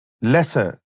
lesser